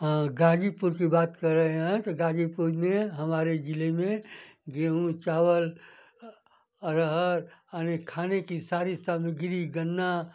ग़ाज़ीपुर की बात कर रहे हैं तो ग़ाज़ीपुर में हमारे ज़िले में गेहूँ चावल अरहर अनेक खाने की सारी सामग्री गन्ना